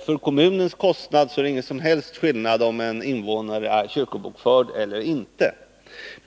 För kommunen är det ingen som helst skillnad om en invånare är kyrkobokförd där eller inte.